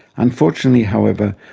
unfortunately, however,